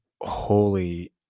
holy